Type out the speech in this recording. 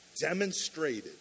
demonstrated